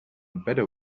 better